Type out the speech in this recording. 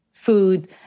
food